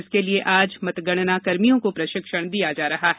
इसके लिये आज मतगणना कर्मियों को प्रशिक्षण दिया जा रहा है